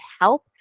help